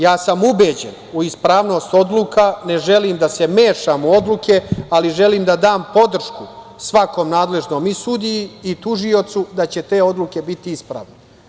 Ja sam ubeđen u ispravnost odluka, ne želim da se mešam u odluke, ali želim da da podršku svakom nadležnom i sudiji i tužiocu da će te odluke biti ispravne.